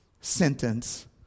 sentence